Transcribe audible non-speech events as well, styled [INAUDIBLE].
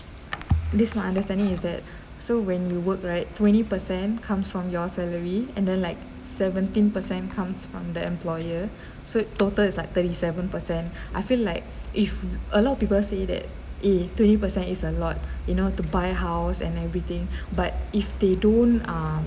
this my understanding is that [BREATH] so when you work right twenty percent comes from your salary and then like seventeen percent comes from the employer [BREATH] so total is like thirty seven percent [BREATH] I feel like if a lot of people say that eh twenty percent is a lot you know to buy house and everything [BREATH] but if they don't um